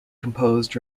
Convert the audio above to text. composed